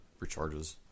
recharges